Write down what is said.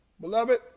Beloved